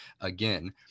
again